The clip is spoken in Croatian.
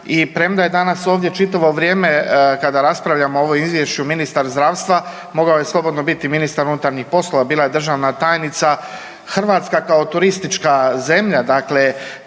i premda je danas ovdje čitavo vrijeme, kada raspravljamo o ovom izvješću, ministar zdravstva, mogao je slobodno biti i ministar unutarnjih poslova, bila je državna tajnica. Hrvatska kao turistička zemlja dakle